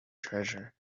treasure